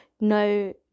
no